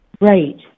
Right